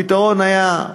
הפתרון היה,